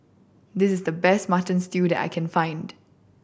this is the best Mutton Stew that I can find